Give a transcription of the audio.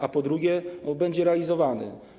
A po drugie, będzie realizowany.